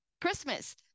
christmas